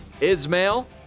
Ismail